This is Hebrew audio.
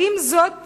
האם לזאת